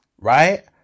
right